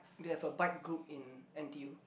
they have a bike group in N_T_U